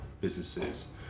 businesses